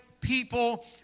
people